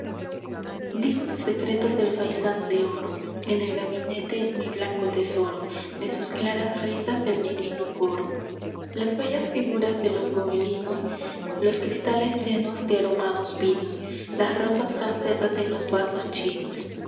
dijo sus secretos el faisán de oro en el gabinete mi blanco tesoro de sus claras risas el divino coro las bellas figuras de los gobelinos los cristales llenos de aromados vinos las rosas francesas en los vasos chinos las